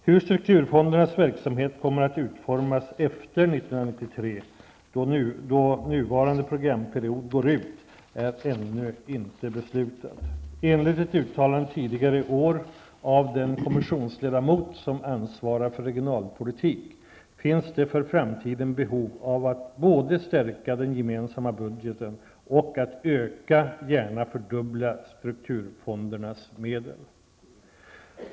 Hur strukturfondernas verksamhet kommer att utformas efter 1993, då nuvarande programperiod går ut, är ännu inte beslutat. Enligt ett uttalande tidigare i år av den kommissionsledamot som ansvarar för regionalpolitik, finns det för framtiden behov av att både stärka den gemensamma budgeten och att öka, gärna fördubbla, strukturfondernas medel.